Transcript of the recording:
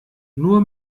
nur